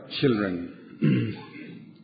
children